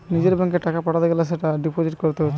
নিজের ব্যাংকে টাকা পাঠাতে গ্যালে সেটা ডিপোজিট কোরতে হচ্ছে